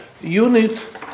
unit